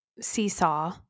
seesaw